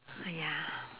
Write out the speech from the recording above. oh ya